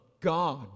God